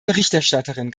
berichterstatterin